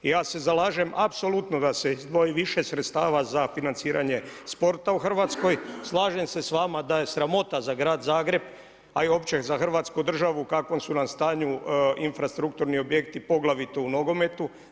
I ja se zalažem apsolutno da se izdvoji više sredstava za financiranje sporta u Hrvatskoj, slažem se s vama da je sramota za grad Zagreb a i uopće za hrvatsku državu u kakvom su nam stanju infrastrukturni objekti, poglavito u nogometu.